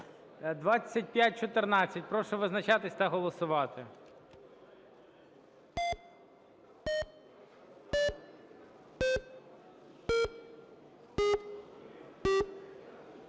2514, прошу визначатись та голосувати.